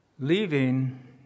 Leaving